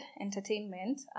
entertainment